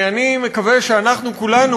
אני מקווה שאנחנו כולנו,